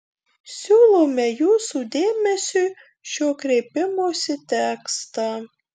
siūlome jūsų dėmesiui šio kreipimosi tekstą